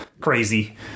crazy